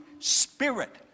Spirit